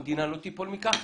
המדינה לא תיפול מכך,